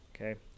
Okay